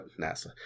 NASA